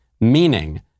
meaning